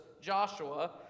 Joshua